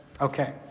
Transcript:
Okay